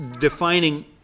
defining